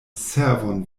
servon